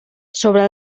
sobre